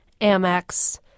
Amex